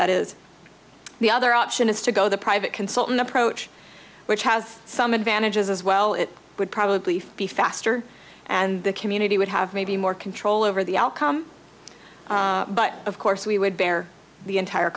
that is the other option is to go the private consultant approach which has some advantages as well it would probably be faster and the community would have maybe more control over the outcome but of course we would bear the entire